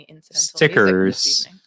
stickers